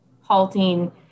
halting